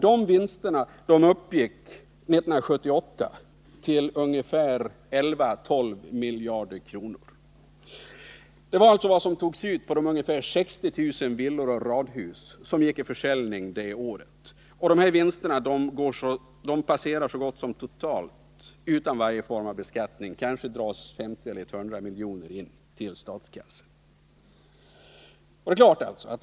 De vinsterna uppgick 1978 till 11-12 miljarder kronor. Det var alltså vad som togs ut på de ungefär 60 000 villor och radhus som såldes det året. Dessa vinster passerar så gott som totalt utan någon form av beskattning — kanske dras 50-100 miljoner in till statskassan.